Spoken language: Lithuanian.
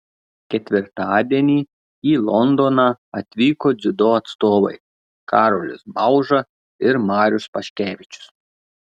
ketvirtadienį į londoną atvyko dziudo atstovai karolis bauža ir marius paškevičius